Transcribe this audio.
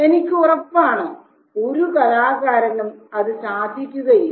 എനിക്ക് ഉറപ്പാണ് ഒരു കലാകാരനും അത് സാധിക്കുകയില്ല